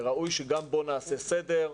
וראוי שגם בו נעשה סדר.